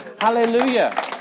Hallelujah